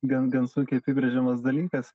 gan gan sunkiai apibrėžiamas dalykas